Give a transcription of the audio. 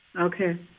Okay